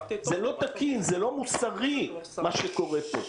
זה לא תקין, מה שקורה פה הוא לא מוסרי.